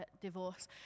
divorce